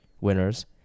winners